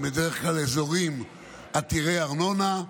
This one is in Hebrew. שהוא בדרך כלל אזור עתיר ארנונה,